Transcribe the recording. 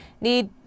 need